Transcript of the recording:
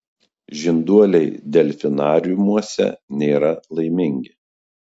žinduoliai delfinariumuose nėra laimingi